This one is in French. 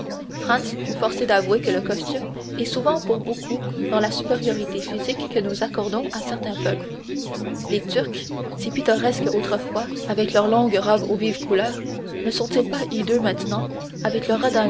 fut forcé d'avouer que le costume est souvent pour beaucoup dans la supériorité physique que nous accordons à certains peuples les turcs si pittoresques autrefois avec leurs longues robes aux vives couleurs ne sont-ils pas hideux maintenant avec leurs